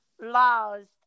lost